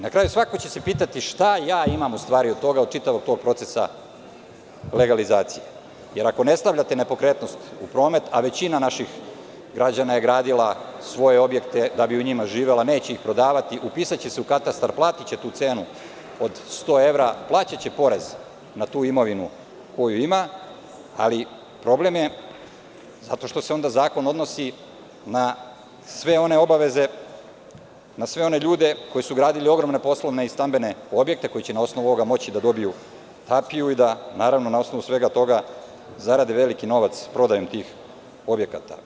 Na kraju, svako će se pitati, šta imam u stvari od tog čitavog procesa legalizacije, jer ako ne stavljate nepokretnost u promet, a većina naših građana je gradila svoje objekte da bi u njima živela, neće ih prodavati, upisaće se u katastar, platiće tu cenu od 100 evra, plaćaće porez na tu imovinu koju ima, ali problem je zato što se onda zakon odnosi na sve one obaveze, na sve one ljude koji su gradili ogromne poslovne i stambene objekte koji će, na osnovu ovoga, moći da dobiju tapiju, da na osnovu svega toga zarade veliki novac prodajom tih objekata.